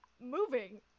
moving